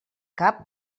cap